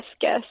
guess